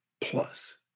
plus